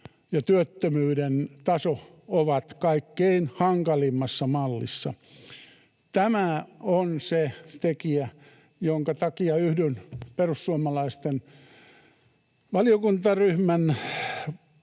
ja työttömyyden taso ovat kaikkein hankalimmassa mallissa? Tämä on se tekijä, jonka takia yhdyn perussuomalaisten valiokuntaryhmän